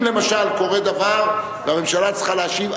אם למשל קורה דבר והממשלה צריכה להשיב,